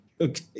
Okay